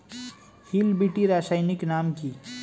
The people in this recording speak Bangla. হিল বিটি রাসায়নিক নাম কি?